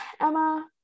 Emma